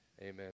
Amen